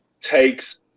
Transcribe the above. takes